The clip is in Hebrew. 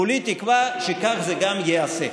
כולי תקווה שכך זה גם ייעשה.